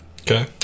okay